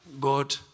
God